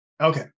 Okay